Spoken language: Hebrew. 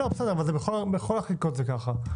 בכל החקיקות זה כך.